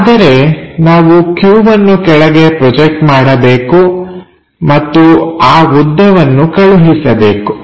ಆದರೆ ನಾವು q ವನ್ನು ಕೆಳಗೆ ಪ್ರೊಜೆಕ್ಟ್ ಮಾಡಬೇಕು ಮತ್ತು ಆ ಉದ್ದವನ್ನು ಕಳುಹಿಸಬೇಕು